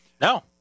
No